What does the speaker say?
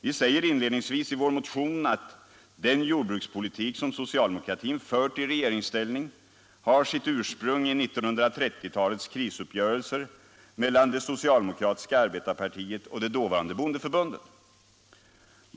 Vi säger inledningsvis i vår motion att den jordbrukspolitik som socialdemokratin fört i regeringsställning har sitt ursprung i 1930-talets krisuppgörelse mellan det socialdemokratiska arbetarepartiet och det dåvarande bondeförbundet.